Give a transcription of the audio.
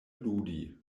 ludi